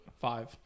Five